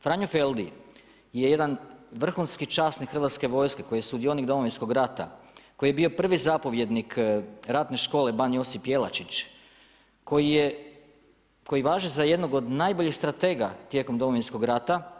Franjo Feldi je jedan vrhunski časnik Hrvatske vojske koji je sudionik Domovinskog rata, koji je bio prvi zapovjednik ratne škole Ban Josip Jelačić, koji važi za jednog od najboljih stratega tijekom Domovinskog rata.